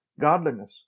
godliness